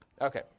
Okay